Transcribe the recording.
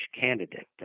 candidate